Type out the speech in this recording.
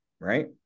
right